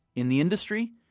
in the industry,